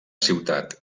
ciutat